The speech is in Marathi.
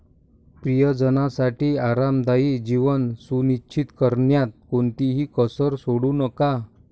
प्रियजनांसाठी आरामदायी जीवन सुनिश्चित करण्यात कोणतीही कसर सोडू नका